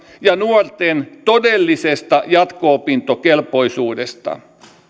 ja nuorten todellisesta jatko opintokelpoisuudesta